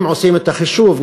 אם עושים את החישוב,